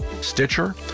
Stitcher